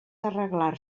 arreglar